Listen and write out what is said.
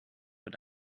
wird